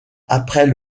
après